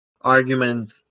argument